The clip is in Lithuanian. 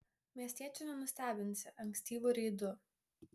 miestiečių nenustebinsi ankstyvu reidu